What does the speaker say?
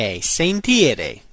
Sentire